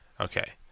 Okay